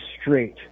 straight